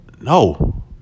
No